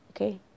okay